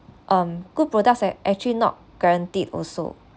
um good products act~ actually not guaranteed also